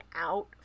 out